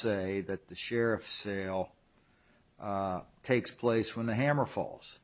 say that the sheriff's sale takes place when the hammer falls